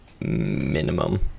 minimum